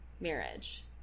marriage